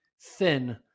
thin